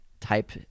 type